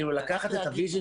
לקחת את הויז'ן